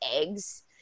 eggs